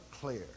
clear